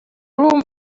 room